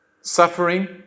Suffering